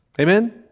Amen